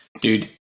Dude